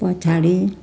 पछाडि